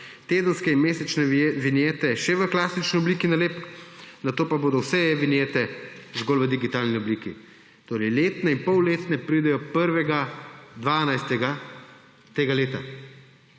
tedenske in mesečne vinjete še v klasični obliki nalepk, nato pa bodo vse e-vinjete zgolj v digitalni obliki. Letne in polletne pridejo 1. 12. tega leta.